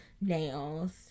nails